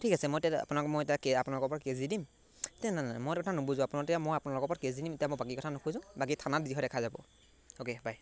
ঠিক আছে মই তে আপোনাক মই এতিয়া কে আপোনালোকৰ ওপৰত কে'ছ দি দিম তে নাই নাই মই এইটো কথা নোবুজোঁ আপোনালোকে এতিয়া মই আপোনালোকৰ ওপৰত কে'ছ দি দিম এতিয়া মই বাকী কথা নুখুজোঁ বাকী থানাত যি হয় দেখা যাব অ'কে বাই